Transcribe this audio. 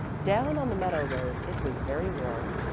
down on the meadow road it was very warm.